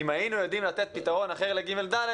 אם היינו יודעים לתת פתרון אחר לכיתה ג'-ד',